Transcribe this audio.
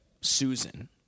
Susan